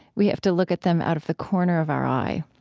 we have to look at them out of the corner of our eye.